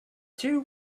two